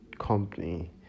Company